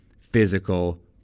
physical